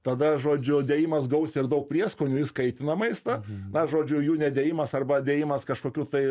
tada žodžiu dėjimas gausiai ir daug prieskonių jis kaitina maistą na žodžiu jų nedėjimas arba dėjimas kažkokių tai